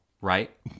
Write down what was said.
Right